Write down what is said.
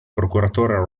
procuratore